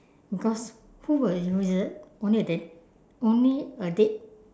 because who will usua~ only a dead only a dead